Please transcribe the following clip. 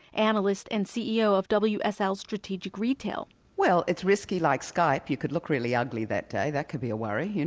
analyst and ceo of wsl strategic retail well it's risky like skype, you could look really ugly that day. that could be a worry. and